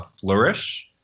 Flourish